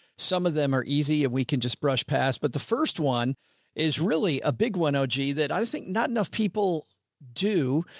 some of them are easy if we can just brush pass, but the first one is really a big one. oh, gee, that i just think not enough people do.